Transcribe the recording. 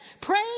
Praise